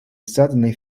suddenly